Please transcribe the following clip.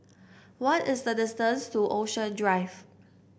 what is the distance to Ocean Drive